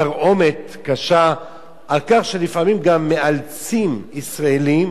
תרעומת קשה על כך שלפעמים גם מאלצים ישראלים,